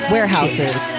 Warehouses